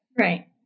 Right